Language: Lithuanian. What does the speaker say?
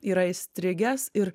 yra įstrigęs ir